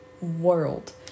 world